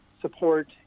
support